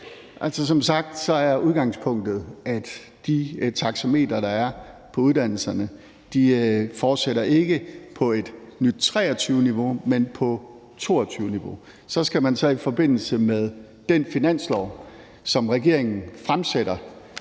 Som sagt er udgangspunktet, at de taxametre, der er for uddannelserne, ikke fortsætter på et nyt 2023-niveau, men på 2022-niveauet. Vi skal så i forbindelse med det finanslovsforslag, som regeringen fremsætter